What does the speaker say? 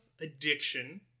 addiction